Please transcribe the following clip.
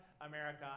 America